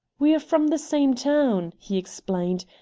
we're from the same town, he explained.